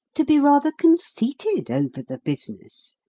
to be rather conceited over the business.